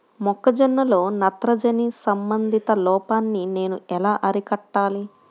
మొక్క జొన్నలో నత్రజని సంబంధిత లోపాన్ని నేను ఎలా అరికట్టాలి?